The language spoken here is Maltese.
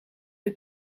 fil